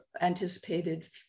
anticipated